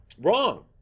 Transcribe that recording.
Wrong